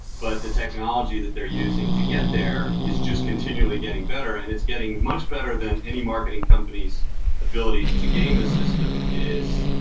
but the technology that they're using to get there is just continually getting better and it's getting much better than any marketing company's ability to gain the system is.